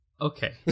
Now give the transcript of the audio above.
Okay